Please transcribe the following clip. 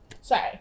sorry